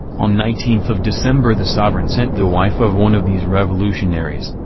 on nineteenth of december the sovereign sent the wife of one of these revolutionaries,